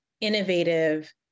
innovative